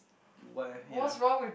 what you know